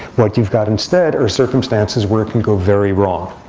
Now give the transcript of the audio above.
what you've got instead are circumstances where it can go very wrong.